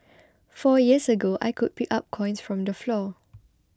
four years ago I could pick up coins from the floor